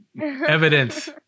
Evidence